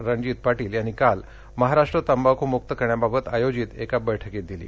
रणजित पाटील यांनी काल महाराष्ट्र तंबाखुमुक्त करण्याबाबतआयोजित एका बैठकीत दिले